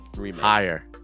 Higher